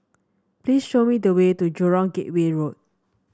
please show me the way to Jurong Gateway Road